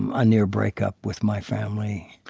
um a near breakup with my family